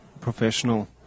professional